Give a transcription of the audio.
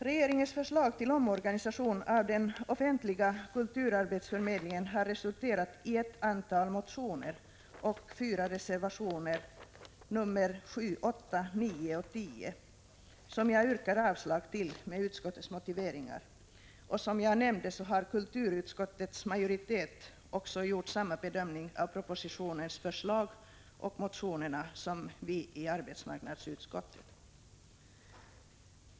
Regeringens förslag till omorganisation av den offentliga kulturarbetsförmedlingen har resulterat i ett antal motioner och fyra reservationer, nr 7, 8,9 och 10, som jag yrkar avslag på med utskottets motiveringar. Kulturutskottets majoritet har gjort samma bedömning av propositionens förslag och motionerna som vi i arbetsmarknadsutskottet.